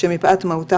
שמפאת מהותה,